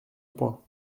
point